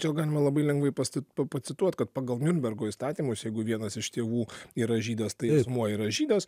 čia jau galima labai lengvai pasta pacituot kad pagal niurnbergo įstatymus jeigu vienas iš tėvų yra žydas tai asmuo yra žydas